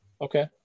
Okay